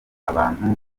abantu